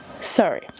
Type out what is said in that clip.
sorry